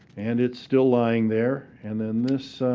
and it's still lying there. and then this